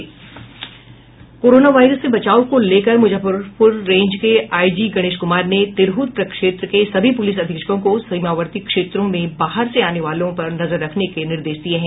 corona virus से बचाव को लेकर मुजफ्फरपुर रेंज के आईजी गणेश कुमार ने तिरहुत प्रक्षेत्र के सभी पुलिस अधीक्षकों को सीमावर्ती क्षेत्रों में बाहर से आने वालों पर नजर रखने के निर्देश दिये हैं